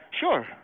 Sure